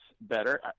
better